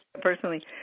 personally